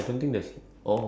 ya